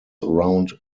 round